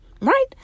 Right